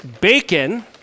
bacon